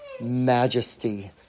majesty